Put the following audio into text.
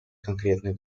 конкретной